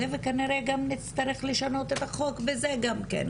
וכנראה גם נצטרך לשנות את החוק וזה גם כן.